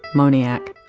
moniac.